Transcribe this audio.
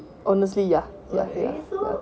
honestly ya ya ya